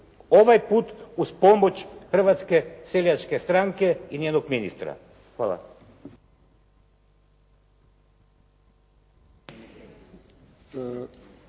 ovaj put uz pomoć Hrvatske seljačke stranke i njenog ministra. Hvala.